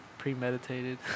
premeditated